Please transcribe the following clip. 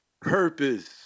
Purpose